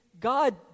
God